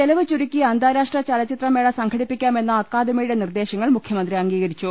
ചെലവ് ചുരുക്കി അന്താരാഷ്ട്ര ചലച്ചിത്രമേള സംഘടിപ്പിക്കാമെന്ന അക്കാദമിയുടെ നിർദേശങ്ങൾ മുഖ്യമന്ത്രി അംഗീകരിച്ചു